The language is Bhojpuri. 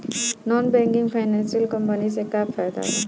नॉन बैंकिंग फाइनेंशियल कम्पनी से का फायदा बा?